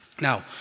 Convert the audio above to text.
Now